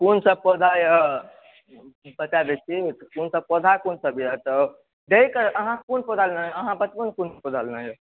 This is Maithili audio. क़ोन सब पौधा यऽ बता दै छी पौधा क़ोन सब यऽ तऽ जे अहाँ क़ोन सा पौधा लेनाइ अहाँ बताउ ने क़ोन पौधा लेनाइ यऽ